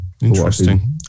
Interesting